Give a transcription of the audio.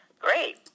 great